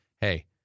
hey